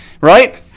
right